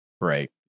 Right